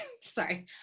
sorry